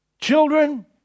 Children